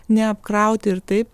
neapkrauti ir taip